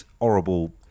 horrible